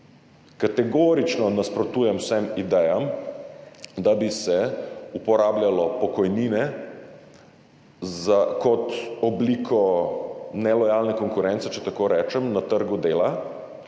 Kategorično nasprotujem vsem idejam, da bi se uporabljalo pokojnine kot obliko nelojalne konkurence, če tako rečem, na trgu dela,